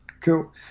Cool